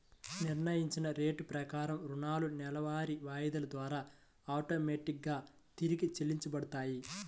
నిర్ణయించిన రేటు ప్రకారం రుణాలు నెలవారీ వాయిదాల ద్వారా ఆటోమేటిక్ గా తిరిగి చెల్లించబడతాయి